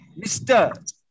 Mr